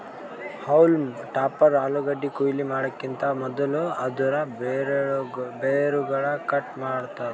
haulm topper ಆಲೂಗಡ್ಡಿ ಕೊಯ್ಲಿ ಮಾಡಕಿಂತ್ ಮದುಲ್ ಅದೂರ್ ಬೇರುಗೊಳ್ ಕಟ್ ಮಾಡ್ತುದ್